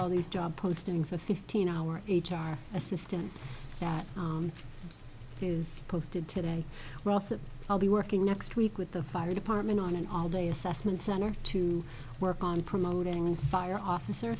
all these job postings a fifteen hour h r assistant that is posted today we're also i'll be working next week with the fire department on an all day assessment center to work on promoting fire officer